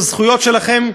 בזכויות שלכם,